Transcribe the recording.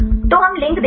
तो हम लिंक देते हैं